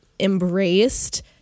Embraced